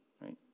right